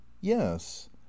yes